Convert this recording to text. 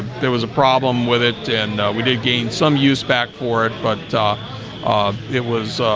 there was a problem with it and we did gain some use back for it, but um it was